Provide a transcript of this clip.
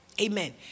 Amen